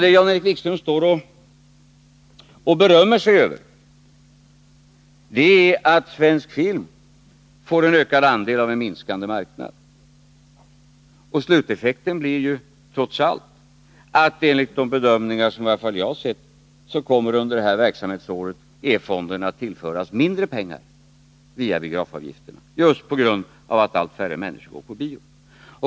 Det Jan-Erik Wikström står och berömmer sig av är att svensk film får en ökad andel av en minskande marknad. Sluteffekten blir trots allt, i varje fall enligt de bedömningar som jag har sett, att E-fonden under det här verksamhetsåret kommer att tillföras mindre pengar via biografavgifter på grund av att allt färre människor går på bio.